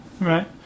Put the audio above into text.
Right